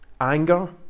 Anger